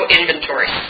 inventory